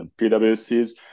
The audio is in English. PwC's